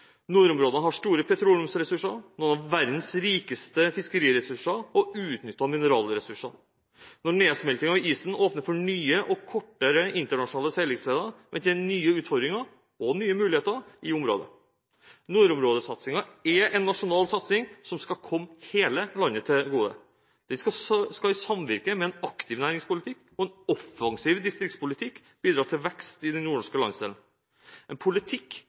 Nordområdene har store petroleumsressurser, noen av verdens rikeste fiskeriressurser og uutnyttede mineralressurser. Når nedsmeltingen av isen åpner for nye og kortere internasjonale seilingsleder, venter nye utfordringer og nye muligheter i området. Nordområdesatsingen er en nasjonal satsing som skal komme hele landet til gode. Den skal i samvirke med en aktiv næringspolitikk og en offensiv distriktspolitikk bidra til vekst i den nordnorske landsdelen. En politikk